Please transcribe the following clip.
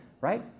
Right